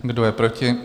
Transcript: Kdo je proti?